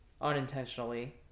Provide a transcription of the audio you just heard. unintentionally